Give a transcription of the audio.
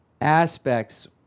aspects